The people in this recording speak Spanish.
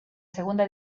segunda